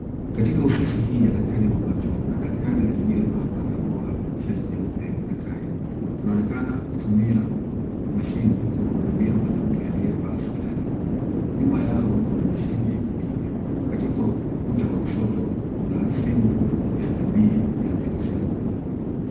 Katika ofisi hii ya daktari wa macho, kuna daktari aliyevaa barakoa, shati nyeupe na tai. Anaonekana kutumia mashine kumhudumia mwanamke aliyevalia sweta nyeupe. Nyuma yao kuna mashine mingi. Katika ukuta wa kushoto kuna simu ya jamii ya nyeusi.